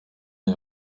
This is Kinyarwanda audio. aya